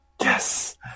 yes